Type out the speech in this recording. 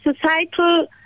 societal